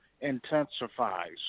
intensifies